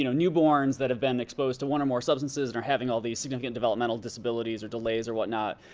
you know newborns that been exposed to one or more substances and are having all these significant developmental disabilities or delays or whatnot.